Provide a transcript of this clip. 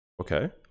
Okay